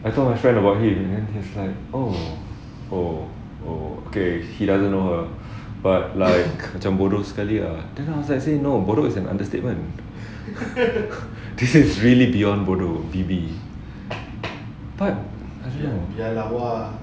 I told my friend about him then he's like oh oh oh okay he doesn't know her but like macam bodoh sekali then I was like saying no bodoh is an understatement this is really beyond bodoh B B but I don't know